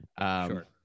Sure